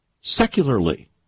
secularly